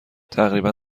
تقریبا